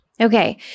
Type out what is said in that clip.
Okay